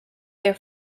their